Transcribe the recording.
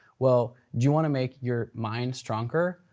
well, do you wanna make your mind stronger,